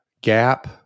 gap